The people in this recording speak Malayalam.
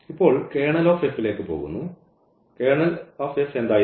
ഇപ്പോൾ Kernel of F ലേക്ക് പോകുന്നു കേർണൽ F എന്തായിരുന്നു